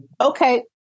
Okay